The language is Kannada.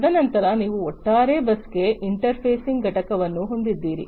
ತದನಂತರ ನೀವು ಒಟ್ಟಾರೆ ಬಸ್ಗೆ ಇಂಟರ್ಫೇಸಿಂಗ್ ಘಟಕವನ್ನು ಹೊಂದಿದ್ದೀರಿ